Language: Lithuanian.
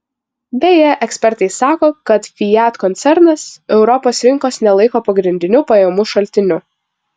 beje ekspertai sako kad fiat koncernas europos rinkos nelaiko pagrindiniu pajamų šaltiniu